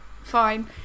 fine